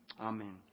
Amen